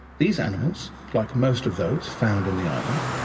these animals, like most of those found in the island,